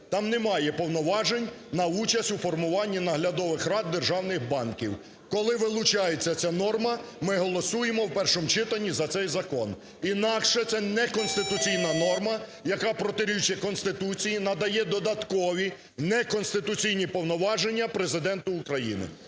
там немає повноважень на участь у формуванні наглядових рад державних банків. Коли вилучається ця норма, ми голосуємо в першому читанні за цей закон, інакше це неконституційна норма, яка протирічить Конституції, надає додаткові неконституційні повноваження Президенту України.